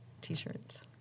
T-shirts